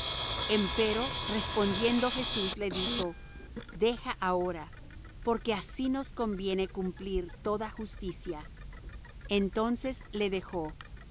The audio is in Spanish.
mí empero respondiendo jesús le dijo deja ahora porque así nos conviene cumplir toda justicia entonces le dejó